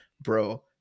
bro